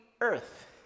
earth